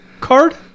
card